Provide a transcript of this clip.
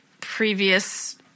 previous